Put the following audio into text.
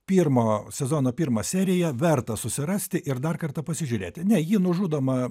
pirmo sezono pirmą seriją verta susirasti ir dar kartą pasižiūrėti ne ji nužudoma